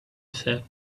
said